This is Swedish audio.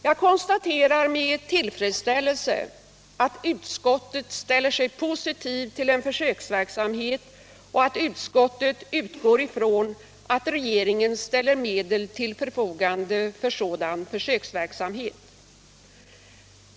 Jag konstaterar med tillfredsställelse att utskottet ställer sig positivt till en försöksverksamhet och att utskottet utgår från att regeringen ställer medel till förfogande för sådan försöksverksamhet.